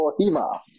Ohima